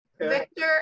Victor